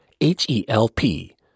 H-E-L-P